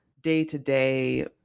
day-to-day